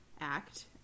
act